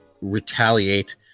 retaliate